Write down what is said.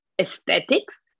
aesthetics